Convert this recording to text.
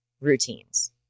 routines